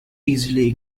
easily